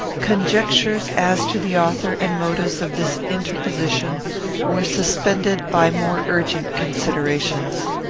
conjectures as to the author and motives of this inter position were suspended by more urgent considerations.